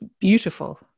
beautiful